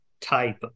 type